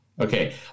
okay